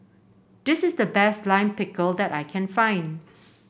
this is the best Lime Pickle that I can find